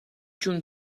جون